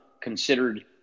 considered